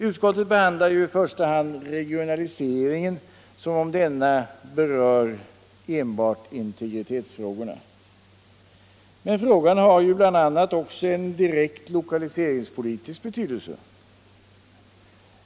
Utskottet behandlar ju i första hand regionaliseringen som om den berör enbart integritetsfrågorna. Men frågan har bl.a. också en direkt lokaliseringspolitisk betydelse.